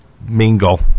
mingle